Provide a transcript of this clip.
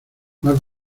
más